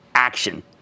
action